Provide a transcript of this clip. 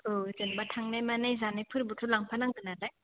औ जेनबा थांनाय मानि जानायफोरबोथ' लांफा नांगोन नालाय